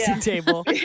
table